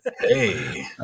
Hey